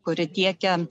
kuri tiekia